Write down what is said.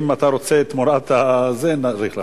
אם אתה רוצה תמורת זה זמן נוסף, נאריך לך.